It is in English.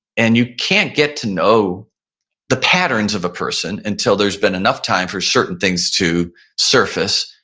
and you can't get to know the patterns of a person until there's been enough time for certain things to surface.